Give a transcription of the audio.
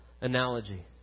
analogy